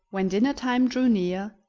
when dinner-time drew near,